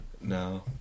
No